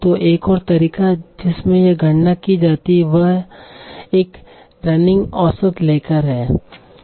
तो एक और तरीका जिसमें यह गणना की जाती है वह एक रनिंग औसत लेकर है